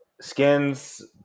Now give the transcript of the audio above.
skins